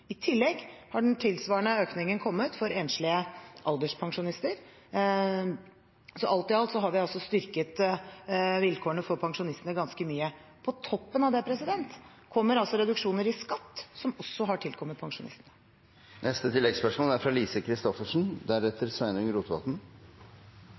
I tillegg har en tilsvarende økning kommet for enslige alderspensjonister. Alt i alt har vi altså styrket vilkårene for pensjonistene ganske mye. På toppen av det kommer reduksjoner i skatt, som også har tilkommet pensjonistene.